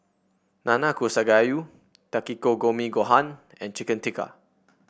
Nanakusa Gayu gohan and Chicken Tikka